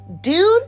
dude